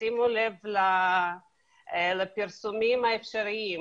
שימו לב לפרסומים האפשריים,